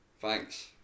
thanks